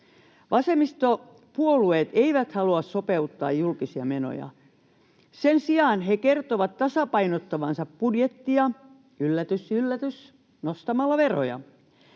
Vasemmistopuolueet eivät halua sopeuttaa julkisia menoja. Sen sijaan he kertovat tasapainottavansa budjettia — yllätys yllätys — nostamalla veroja.